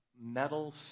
metal